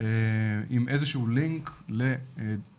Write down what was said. עם איזה שהוא לינק לאתר,